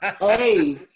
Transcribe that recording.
Hey